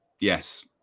Yes